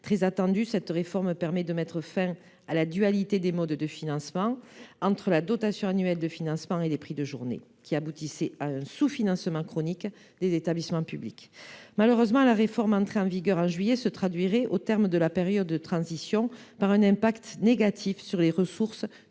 très attendue, met fin à la dualité des modes de financement entre la dotation annuelle de financement et les prix de journée, qui aboutissait à un sous financement chronique des établissements publics. Malheureusement, la réforme, entrée en vigueur en juillet dernier, se traduirait, au terme de la période de transition, par un impact négatif sur les ressources